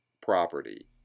property